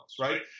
right